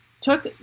took